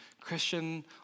Christian